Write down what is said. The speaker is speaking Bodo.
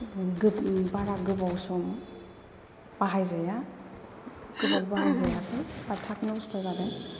गोब ओ बारा गोबाव सम बाहायजाया गोबाव बाहायजायाखै बा थाबनो बुस्तुआ जादों